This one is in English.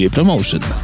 Promotion